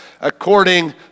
according